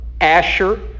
Asher